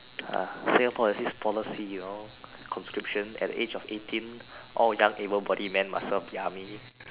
uh Singapore has this policy you know conscription at the age of eighteen all young able bodied men must serve the army